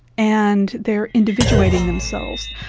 and they are individuating themselves.